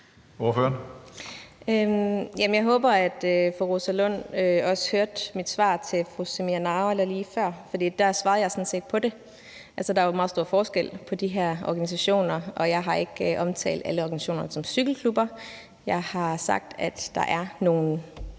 Jamen jeg håber, at fru Rosa Lund også hørte mit svar til fru Samira Nawa lige før, for der svarede jeg sådan set på det. Altså, der er jo meget stor forskel på de her organisationer, og jeg har ikke omtalt alle organisationer som cykelklubber. Jeg har sagt, at der er visse